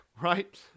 right